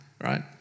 right